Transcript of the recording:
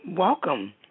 Welcome